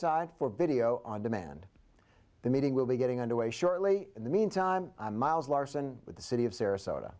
side for video on demand the meeting will be getting underway shortly in the mean time miles larson with the city of sarasota